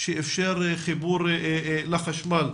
שאפשר חיבור לחשמל,